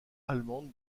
allemande